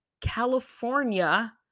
California